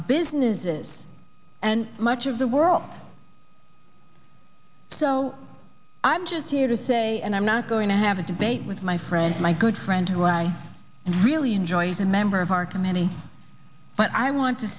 businesses and much of the world so i'm just here to say and i'm not going to have a debate with my friend my good friend who i really enjoyed a member of our committee but i want to